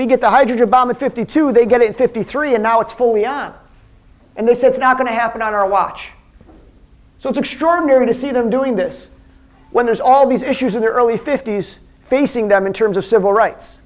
we get the hydrogen bomb in fifty two they get it fifty three and now it's fully on and they say it's not going to happen on our watch so it's extraordinary to see them doing this when there's all these issues in the early fifty's facing them in terms of civil rights